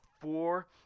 four